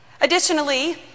Additionally